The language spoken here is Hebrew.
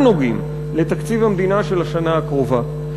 נוגעים לתקציב המדינה של השנה הקרובה.